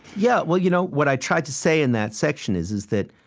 yeah, well, you know what i tried to say in that section is is that